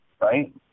right